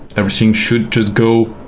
everything should just go